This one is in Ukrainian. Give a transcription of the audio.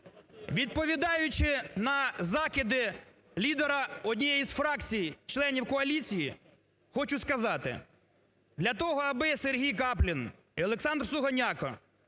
Відповідаючи на закиди лідера однієї з фракцій, членів коаліції, хочу сказати: для того, аби Сергій Каплін і Олександр Сугоняко